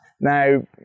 now